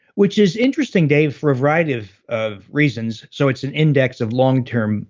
which is interesting dave, for a variety of of reasons, so it's an index of long-term